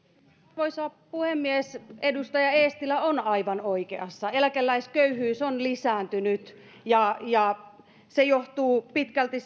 arvoisa puhemies edustaja eestilä on aivan oikeassa eläkeläisköyhyys on lisääntynyt se johtuu pitkälti